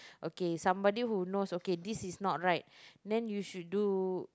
okay somebody who knows okay this is not right then you should do